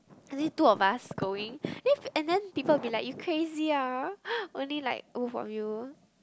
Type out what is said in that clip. two of us going and then people will be like you crazy ah only like both of you